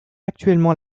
actuellement